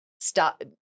stop